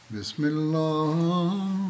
Bismillah